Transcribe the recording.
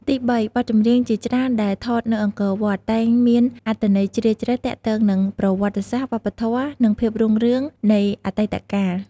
ទីបី បទចម្រៀងជាច្រើនដែលថតនៅអង្គរវត្ត តែងមានអត្ថន័យជ្រាលជ្រៅទាក់ទងនឹងប្រវត្តិសាស្ត្រ វប្បធម៌ ឬភាពរុងរឿងនៃអតីតកាល។